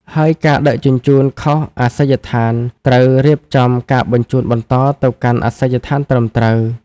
ហើយការដឹកជញ្ជូនខុសអាសយដ្ឋាន ត្រូវរៀបចំការបញ្ជូនបន្តទៅកាន់អាសយដ្ឋានត្រឹមត្រូវ។